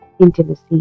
intimacy